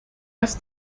dass